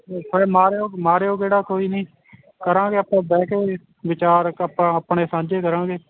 ਮਾਰਿਓ ਮਾਰਿਓ ਗੇੜਾ ਕੋਈ ਨਹੀਂ ਕਰਾਂਗੇ ਆਪਾਂ ਬਹਿ ਕੇ ਵਿਚਾਰ ਆਪਾਂ ਆਪਣੇ ਸਾਂਝੇ ਕਰਾਂਗੇ